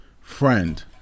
friend